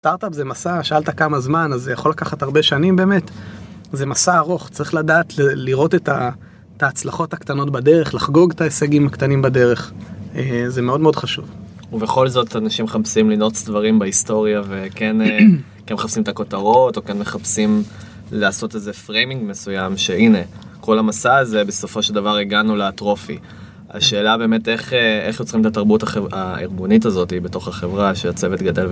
סטארט-אפ זו מסע, שאלת כמה זמן, אז זה יכול לקחת הרבה שנים באמת. זו מסע ארוך, צריך לדעת לראות את ההצלחות הקטנות בדרך, לחגוג את ההישגים הקטנים בדרך, זה מאוד מאוד חשוב. ובכל זאת, אנשים מחפשים לנעוץ דברים בהיסטוריה וכן מחפשים את הכותרות, או כן מחפשים לעשות איזה פריימינג מסוים, שהנה, כל המסע הזה בסופו של דבר הגענו לאטרופי. השאלה באמת איך יוצרים את התרבות הערבונית הזאת בתוך החברה, שהצוות גדל?